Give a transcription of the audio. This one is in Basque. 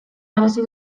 merezi